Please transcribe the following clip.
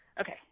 Okay